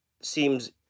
seems